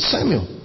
Samuel